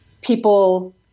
people